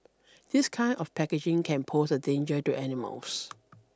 this kind of packaging can pose a danger to animals